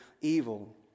evil